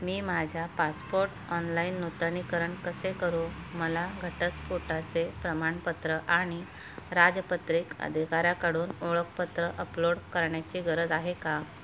मी माझ्या passport online नूतनीकरण कसे करू मला घटस्फोटाचे प्रमाणपत्र आणि राजपत्रिक अधिकाऱ्याकडून ओळखपत्र अपलोड करण्याची गरज आहे का